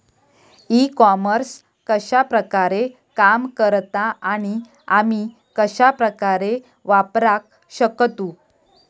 E commerce कश्या प्रकारे काम करता आणि आमी कश्या प्रकारे वापराक शकतू?